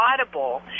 Audible